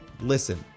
listen